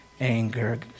anger